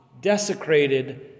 desecrated